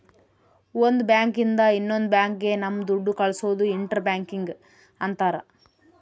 ಒಂದ್ ಬ್ಯಾಂಕ್ ಇಂದ ಇನ್ನೊಂದ್ ಬ್ಯಾಂಕ್ ಗೆ ನಮ್ ದುಡ್ಡು ಕಳ್ಸೋದು ಇಂಟರ್ ಬ್ಯಾಂಕಿಂಗ್ ಅಂತಾರ